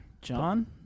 John